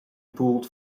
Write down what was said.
pulled